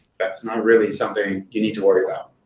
that's not really something you need to worry about.